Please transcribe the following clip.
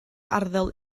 arddel